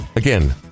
Again